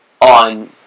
on